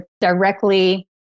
directly